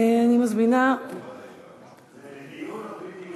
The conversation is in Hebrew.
אני מזמינה, זה לדיון, או בלי דיון?